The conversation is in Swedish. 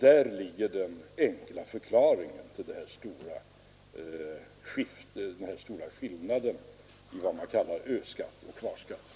Där ligger alltså den enkla förklaringen till den här stora skillnaden mellan vad som kallas ö-skatt och kvarskatt.